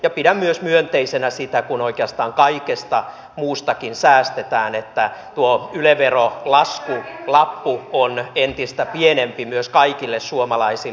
ja pidän myös myönteisenä sitä kun oikeastaan kaikesta muustakin säästetään että tuo yle verolaskulappu on entistä pienempi myös kaikille suomalaisille